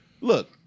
Look